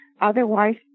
Otherwise